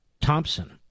Thompson